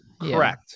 Correct